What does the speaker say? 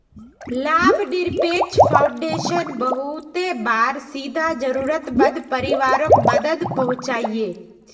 लाभ निरपेक्ष फाउंडेशन बहुते बार सीधा ज़रुरत मंद परिवारोक मदद पहुन्चाहिये